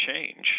change